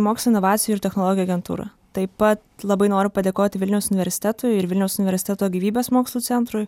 mokslo inovacijų ir technologijų agentūra taip pat labai noriu padėkoti vilniaus universitetui ir vilniaus universiteto gyvybės mokslų centrui